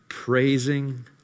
Praising